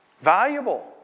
Valuable